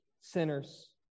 sinners